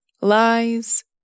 lies